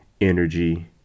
energy